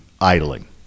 idling